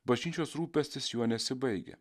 bažnyčios rūpestis juo nesibaigia